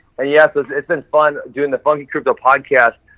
and yes, it's it's been fun doing the funky crypto podcast,